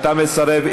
אתה מסרב.